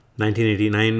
1989